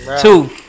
Two